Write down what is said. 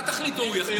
אתה תחליט או הוא יחליט?